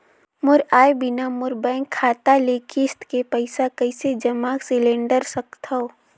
मोर आय बिना मोर बैंक खाता ले किस्त के पईसा कइसे जमा सिलेंडर सकथव?